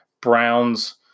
Browns